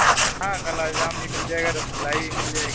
ہاں کالا جام بھی مِل جائے گا رَس ملائی بھی مِل جائے گی